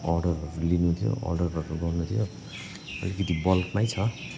order लिनु थियो अर्डरगरू गर्नु थियो अलिकति बल्कमै छ